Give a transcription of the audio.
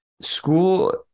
school